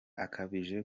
akabije